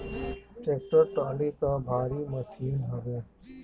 tractor trolley तअ भारी machine हवे